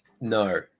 no